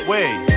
Wait